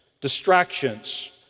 distractions